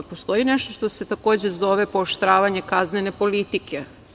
Postoji nešto što se takođe zove pooštravanje kaznene politike.